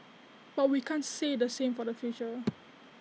but we can't say the same for the future